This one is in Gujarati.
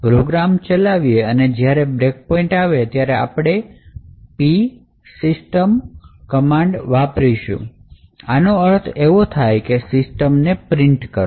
પ્રોગ્રામ ચલાવીએ અને જ્યારે બ્રેક પોઇન્ટ આવે ત્યારે આપણે p system વાપરીશું આનો અર્થ એવો થાય કે system ને પ્રિન્ટ કરો